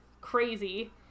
crazy